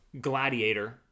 Gladiator